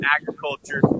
agriculture